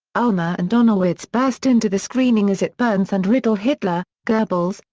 ulmer and donowitz burst into the screening as it burns and riddle hitler, goebbels,